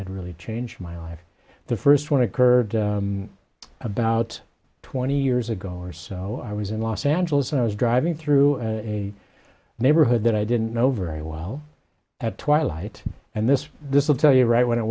had really changed my life the first one occurred about twenty years ago or so i was in los angeles and i was driving through a neighborhood that i didn't know very well at twilight and this this will tell you right when it